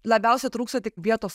labiausia trūksta tik vietos